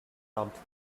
topped